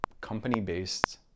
company-based